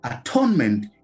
atonement